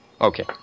Okay